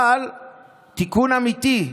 אבל תיקון אמיתי.